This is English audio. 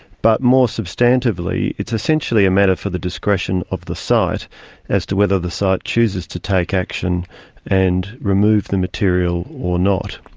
but more substantively it's essentially a matter for the discretion of the site as to whether the site chooses to take action and remove the material or not.